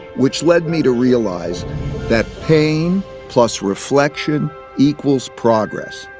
which led me to realize that pain plus reflection equals progress.